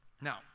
Now